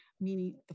meaning